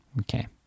okay